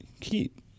keep